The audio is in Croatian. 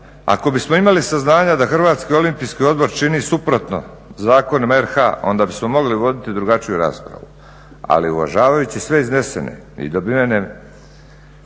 ako bismo imali saznanja da Hrvatski olimpijski odbor čini suprotno zakonima RH, onda bismo mogli voditi drugačiju raspravu, ali uvažavajući sve iznesene i dobivene